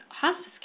hospice